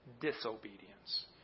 disobedience